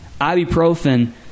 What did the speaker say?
ibuprofen